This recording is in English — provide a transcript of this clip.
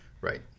Right